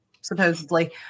supposedly